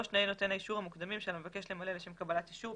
תנאי נותן האישור המוקדמים שעל המבקש למלא לשם קבלת אישור,